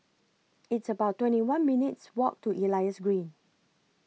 It's about twenty one minutes' Walk to Elias Green